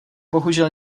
bohužel